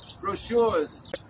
brochures